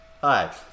Hi